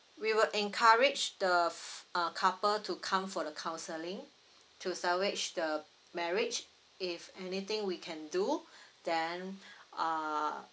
we will encourage the f~ uh couple to come for the counselling to salvage the marriage if anything we can do then uh